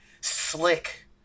slick